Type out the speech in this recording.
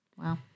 Wow